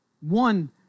One